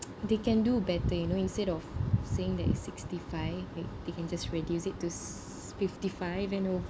they can do better you know instead of saying that is sixty five they can just reduce it to fifty five and